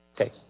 Okay